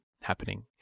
happening